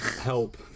Help